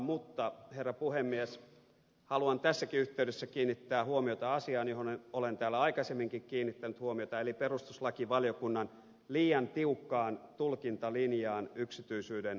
mutta herra puhemies haluan tässäkin yhteydessä kiinnittää huomiota asiaan johon olen täällä aikaisemminkin kiinnittänyt huomiota eli perustuslakivaliokunnan liian tiukkaan tulkintalinjaan yksityisyydensuojasta